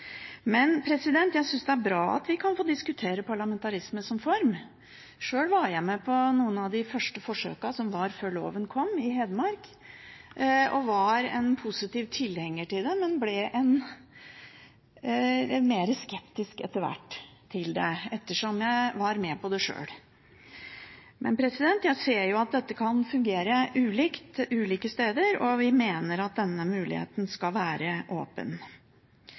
jeg synes det er bra at vi kan få diskutere parlamentarisme som styreform. Sjøl var jeg med på noen av de første forsøkene som var i Hedmark, før loven kom. Jeg var en positiv tilhenger av det, men ble mer skeptisk til det etter hvert som jeg var med på det sjøl. Jeg ser at dette kan fungere ulikt på ulike steder, og vi mener at denne muligheten skal være åpen.